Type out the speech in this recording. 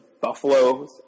Buffalo